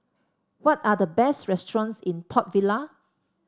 what are the best restaurants in Port Vila